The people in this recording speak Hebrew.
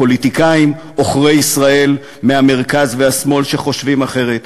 הפוליטיקאים "עוכרי ישראל" מהמרכז והשמאל שחושבים אחרת.